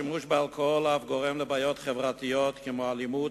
השימוש באלכוהול אף גורם בעיות חברתיות כמו אלימות,